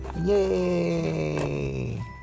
yay